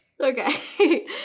Okay